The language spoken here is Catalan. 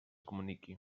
comuniqui